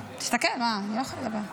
תסתכל, אני לא יכולה לדבר.